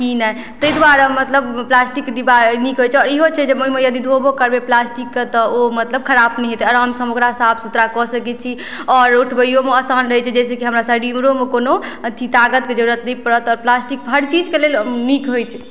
की नहि ताहि द्वारे मतलब प्लास्टिकक डिब्बा नीक होइत छै आओर इहो छै जे ओहिमे अगर धोबो करबै प्लास्टिकके तऽ ओ मतलब खराब नहि हेतै आरामसँ हम ओकरा साफ सुथरा कऽ सकैत छी आओर उठबैयोमे आसान रहैत छै जाहिसँ कि हमरा शरीरोमे कोनो अथी ताकतके जरूरत नहि पड़त आओर प्लास्टिक हर चीजक लेल नीक होइत छै